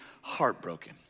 heartbroken